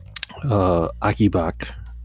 akibak